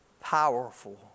powerful